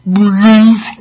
Believe